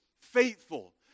faithful